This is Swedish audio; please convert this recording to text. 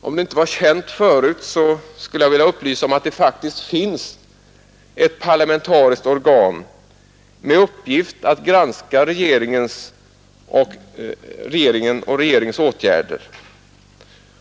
Om det inte är känt förut vill jag upplysa om att det faktiskt finns ett parlamentariskt organ med uppgift att granska regeringen och regeringens åtgärder.